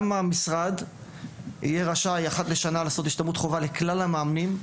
גם המשרד יהיה רשאי אחת לשנה לעשות השתלמות חובה לכלל המאמנים,